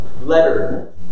letter